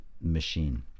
machine